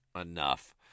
enough